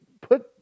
put